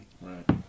Right